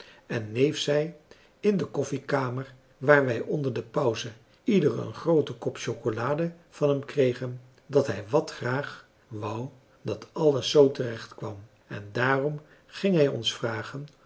en neef zei in de koffiekamer waar wij onder de pauze ieder een grooten kop chocolade van hem kregen dat hij wat graag wou dat alles zoo terecht kwam en daarop ging hij ons vragen